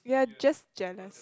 you're just jealous